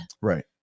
Right